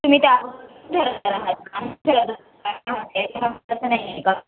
तुम्ही